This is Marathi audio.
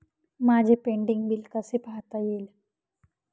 माझे पेंडींग बिल कसे पाहता येईल?